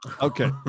okay